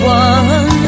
one